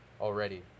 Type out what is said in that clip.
already